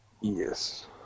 Yes